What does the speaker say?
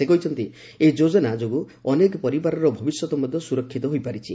ସେ କହିଛନ୍ତି ଏହି ଯୋଜନା ଯୋଗୁଁ ଅନେକ ପରିବାରର ଭବିଷ୍ୟତ ମଧ୍ୟ ସୁରକ୍ଷିତ ହୋଇପାରିଛି